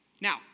now